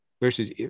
versus